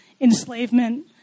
enslavement